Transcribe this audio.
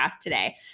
today